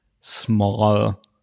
small